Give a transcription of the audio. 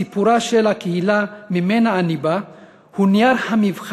סיפורה של הקהילה שממנה אני בא עונה על המבחן